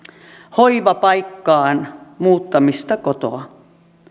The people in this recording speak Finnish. hoivapaikkaan muuttamista kotoa